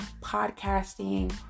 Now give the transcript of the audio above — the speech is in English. podcasting